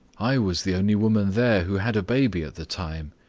i was the only woman there who had a baby at the time.